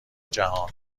جهان